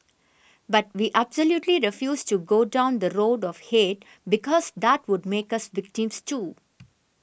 but we absolutely refused to go down the road of hate because that would make us victims too